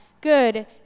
good